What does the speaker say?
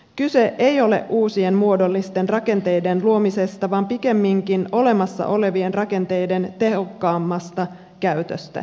kyse ei ole uusien muodollisten rakenteiden luomisesta vaan pikemminkin olemassa olevien rakenteiden tehokkaammasta käytöstä